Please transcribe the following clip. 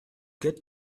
get